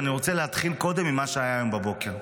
אבל אני רוצה להתחיל קודם במה שהיה היום בבוקר.